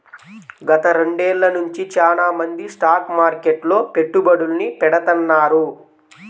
గత రెండేళ్ళ నుంచి చానా మంది స్టాక్ మార్కెట్లో పెట్టుబడుల్ని పెడతాన్నారు